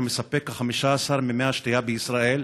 המספק כ-15% ממי השתייה בישראל,